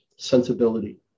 Sensibility